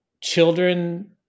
Children